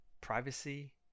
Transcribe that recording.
privacy